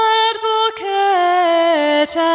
advocate